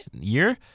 Year